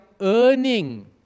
earning